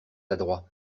adroit